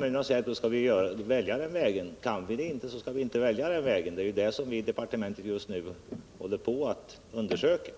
vi naturligtvis välja den vägen. Kan vi inte göra det, skall vi däremot inte välja den vägen. Det är detta som vi Nr 57 i departementet just nu håller på att undersöka.